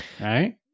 right